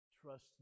trust